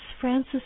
Francis